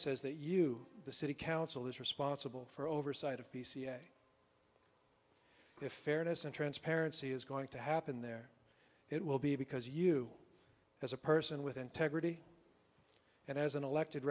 says that you the city council is responsible for oversight of pca if fairness and transparency is going to happen there it will be because you as a person with integrity and as an elected